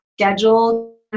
schedule